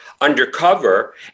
undercover